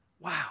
Wow